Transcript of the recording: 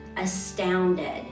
astounded